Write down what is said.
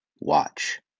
watch